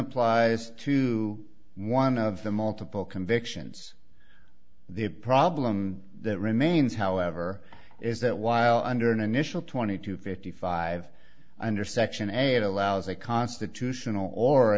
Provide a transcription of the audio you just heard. applies to one of the multiple convictions the problem remains however is that while under an initial twenty two fifty five under section eight allows a constitutional or